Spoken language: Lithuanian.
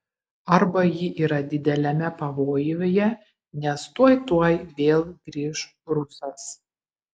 arba ji yra dideliame pavojuje nes tuoj tuoj vėl grįš rusas